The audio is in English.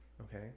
Okay